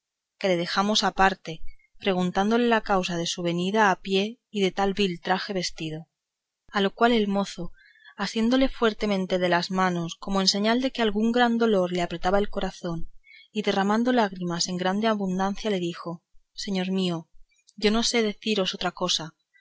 que le dejamos aparte preguntándole la causa de su venida a pie y de tan vil traje vestido a lo cual el mozo asiéndole fuertemente de las manos como en señal de que algún gran dolor le apretaba el corazón y derramando lágrimas en grande abundancia le dijo señor mío yo no sé deciros otra cosa